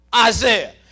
Isaiah